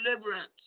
deliverance